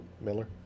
Miller